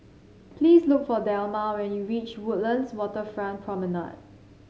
please look for Delmar when you reach Woodlands Waterfront Promenade